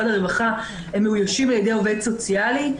הרווחה מאוישים על ידי עובד סוציאלי,